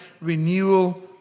renewal